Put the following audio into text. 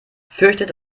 fürchtet